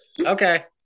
Okay